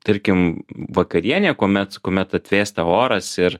tarkim vakarienė kuomet kuomet atvėsta oras ir